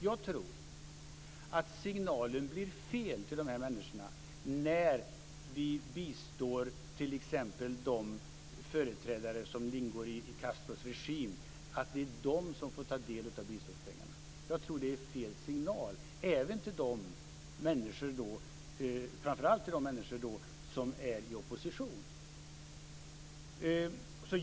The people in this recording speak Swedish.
Jag tror att signalen blir fel när vi bistår de företrädare som ingår i Castros regim. Det är fel signal framför allt till de människor som är i opposition.